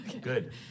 Good